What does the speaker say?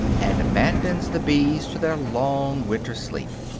and abandons the bees to their long winter sleep.